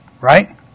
right